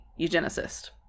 eugenicist